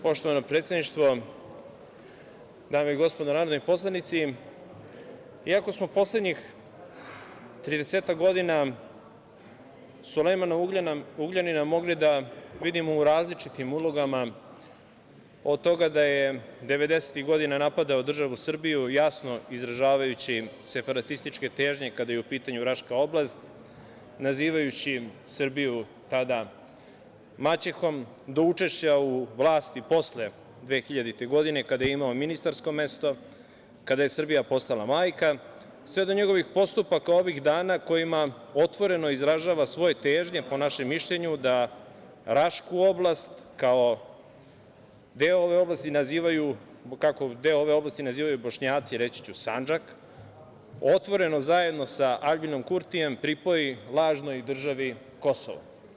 Poštovano predsedništvo, dame i gospodo narodni poslanici, iako smo poslednjih 30-ak godina Sulejmana Ugljanina mogli da vidimo u različitim ulogama, od toga da je 90-ih godina napadao državu Srbiju, jasno izražavajući separatističke težnje kada je u pitanju Raška oblast, nazivajući Srbiju tada maćehom, do učešća u vlasti posle 2000. godine, kada je imao ministarsko mesto, kada je Srbija postala majka, sve do njegovih postupaka ovih dana kojima otvoreno izražava svoje težnje, po našem mišljenju, da Rašku oblast, deo ove oblasti nazivaju Bošnjaci Sandžak, otvoreno, zajedno sa Albinom Kurtijem, pripoji lažnoj državi Kosovo.